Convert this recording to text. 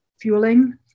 fueling